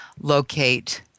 locate